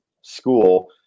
school